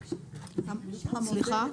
סליחה,